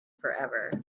forever